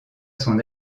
son